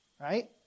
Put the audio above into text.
right